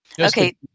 Okay